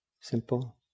simple